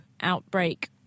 outbreak